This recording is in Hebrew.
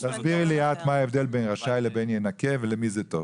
תסבירי לי את מה ההבדל בין רשאי לבין ינכה ולמי זה טוב.